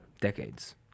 decades